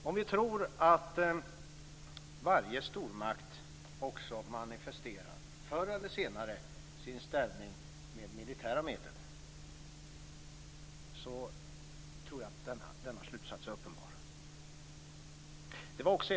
Om vi tror att varje stormakt också förr eller senare manifesterar sin ställning med militära medel tror jag att denna slutsats är uppenbar.